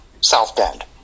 south-bend